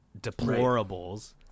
Deplorables